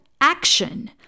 action